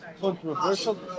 controversial